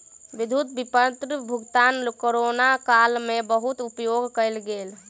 विद्युत विपत्र भुगतान कोरोना काल में बहुत उपयोग कयल गेल